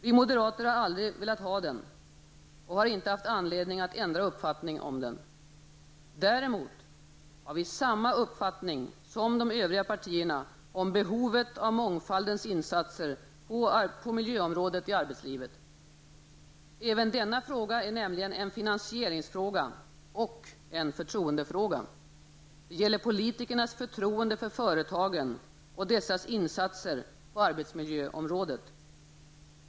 Vi moderater har aldrig velat ha den och har inte haft anledning att ändra uppfattning om den. Däremot har vi samma uppfattning som de övriga partierna om behovet av en mångfald insatser på miljöområdet i arbetslivet. Även denna fråga är nämligen en finansieringsfråga och en förtroendefråga. Det gäller politikernas förtroende för företagen och dessas insatser på arbetsmiljöområdet.